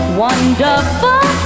wonderful